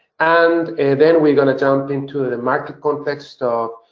and and then we're going to jump into the market context of